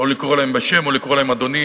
או לקרוא להם בשם או לקרוא להם "אדוני".